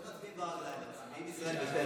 לא מצביעים ברגליים, מצביעים ישראל ביתנו.